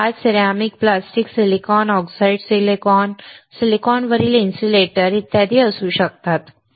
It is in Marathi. ते काच ceramic plastic silicon oxidised silicon सिलिकॉनवरील इन्सुलेटर इत्यादी असू शकतात